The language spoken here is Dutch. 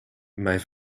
mijn